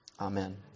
Amen